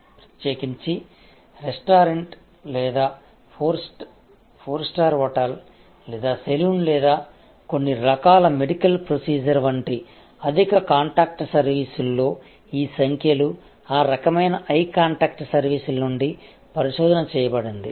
ప్రత్యేకించి రెస్టారెంట్ లేదా 4 star hotel లేదా సెలూన్ లేదా కొన్ని రకాల మెడికల్ ప్రొసీజర్ వంటి అధిక కాంటాక్ట్ సర్వీసుల్లో ఈ సంఖ్యలు ఆ రకమైన హై కాంటాక్ట్ సర్వీసుల నుండి పరిశోధన చేయబడింది